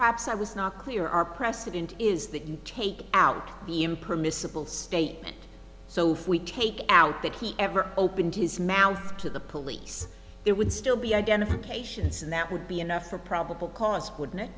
perhaps i was not clear our precedent is that you take out be impermissible state so if we take out that he ever opened his mouth to the police it would still be identifications and that would be enough for probable cause wouldn't it